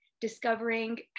discovering